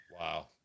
Wow